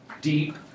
deep